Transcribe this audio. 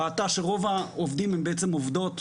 ראתה שרוב העובדים הן בעצם עובדות.